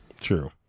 true